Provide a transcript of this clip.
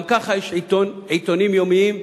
גם כך יש עיתונים יומיים,